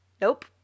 Nope